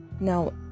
Now